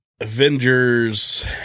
Avengers